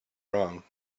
wrong